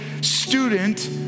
student